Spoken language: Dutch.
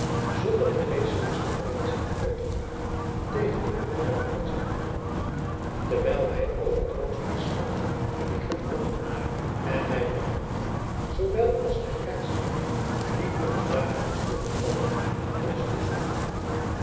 zonder de vreeselijkste verwenschingen uit te braken tegen den bewerker van zijn ongeluk terwijl hij allen troost versmaadde dien ik hem aanbood en mij vervloekte zoowel als den grijsaard die ons dagelijks door een valluik ons voedsel toediende